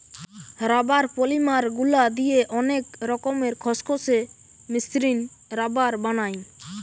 rubber polymer গুলা দিয়ে অনেক রকমের খসখসে, মসৃণ রাবার বানায়